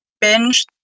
binge